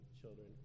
children